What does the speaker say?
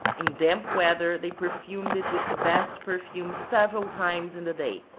in damp weather they perfumed it with the best per fumes several times in the day,